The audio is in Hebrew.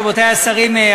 רבותי השרים,